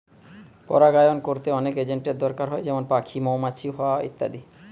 পরাগায়ন কোরতে অনেক এজেন্টের দোরকার হয় যেমন পাখি, মৌমাছি, হাওয়া ইত্যাদি